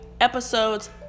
episodes